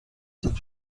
زیپ